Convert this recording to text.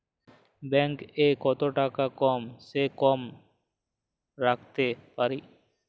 Bank এ কত টাকা কম সে কম রাখতে পারি?